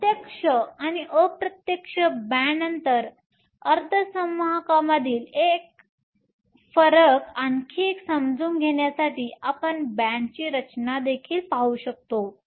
प्रत्यक्ष आणि अप्रत्यक्ष बॅण्ड अंतर अर्धसंवाहकामधील फरक आणखी समजून घेण्यासाठी आपण बॅण्डची रचना देखील पाहू शकतो